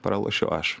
pralošiu aš